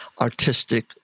artistic